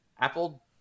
Apple